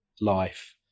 life